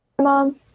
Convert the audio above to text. Mom